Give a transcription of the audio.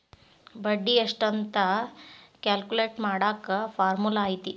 ಬಡ್ಡಿ ಎಷ್ಟ್ ಅಂತ ಕ್ಯಾಲ್ಕುಲೆಟ್ ಮಾಡಾಕ ಫಾರ್ಮುಲಾ ಐತಿ